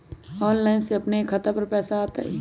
Online से अपने के खाता पर पैसा आ तई?